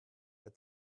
der